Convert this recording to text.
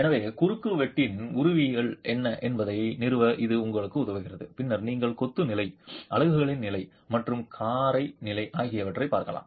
எனவே குறுக்குவெட்டின் உருவவியல் என்ன என்பதை நிறுவ இது உங்களுக்கு உதவுகிறது பின்னர் நீங்கள் கொத்து நிலை அலகுகளின் நிலை மற்றும் காரை நிலை ஆகியவற்றைப் பார்க்கலாம்